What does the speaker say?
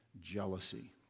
jealousy